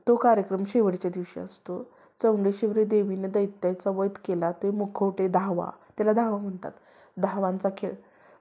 तो कार्यक्रम शेवटच्या दिवशी असतो चौंडेश्वरी देवीनं दैत्याचा वध केला ते मुखवटे दहावा त्याला दहावा म्हणतात दहावांचा खेळ